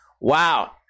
Wow